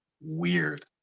weird